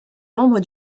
membre